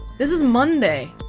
this is monday